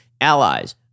allies